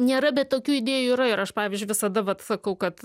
nėra bet tokių idėjų yra ir aš pavyzdžiui visada vat sakau kad